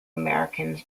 americans